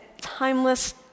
timeless